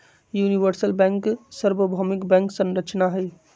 universal bank सर्वभौमिक bank संरचना हई